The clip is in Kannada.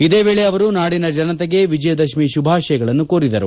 ಇದೇ ವೇಳೆ ಅವರು ನಾಡಿನ ಜನತೆಗೆ ವಿಜಯದಶಮಿಯ ಶುಭಾಶಯಗಳನ್ನು ಕೋರಿದರು